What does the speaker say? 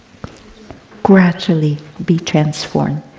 gradually be transformed.